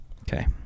Okay